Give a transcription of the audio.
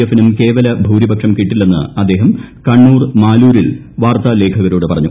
എഫിനും കേവല ഭൂരിപക്ഷം കിട്ടില്ലെന്ന് അദ്ദേഹം കണ്ണൂർ മാലൂരിൽ വാർത്താ ലേഖകരോട് പറഞ്ഞു